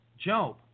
Job